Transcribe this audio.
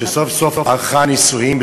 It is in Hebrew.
שסוף-סוף ערכה נישואין,